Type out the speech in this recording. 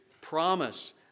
promise